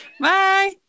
Bye